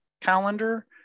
calendar